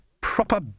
proper